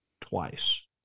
twice